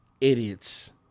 Idiots